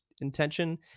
intention